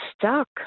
stuck